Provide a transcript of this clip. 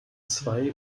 zwei